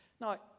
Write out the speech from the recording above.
Now